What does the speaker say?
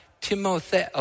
Timothy